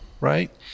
right